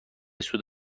سود